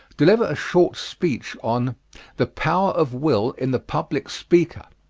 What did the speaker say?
deliver a short speech on the power of will in the public speaker.